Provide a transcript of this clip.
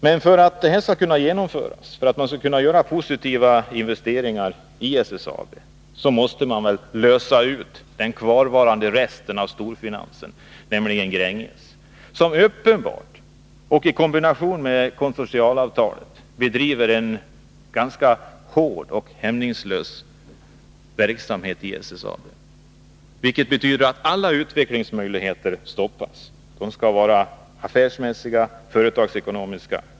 Men för att man skall kunna göra positiva investeringar inom SSAB måste den kvarvarande resten av storfinansen lösas ut, nämligen Gränges, som uppenbart — i kombination med konsortialavtalet — bedriver en ganska hård och hämningslös verksamhet i SSAB. Det betyder att alla utvecklingsmöjligheter stoppas — när de inte är affärsmässiga och företagsekonomiska.